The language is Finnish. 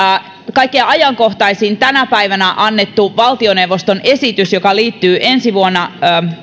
kaikkein ajankohtaisin tänä päivänä annettu valtioneuvoston esitys joka liittyy